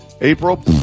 April